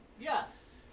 Yes